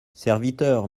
serviteur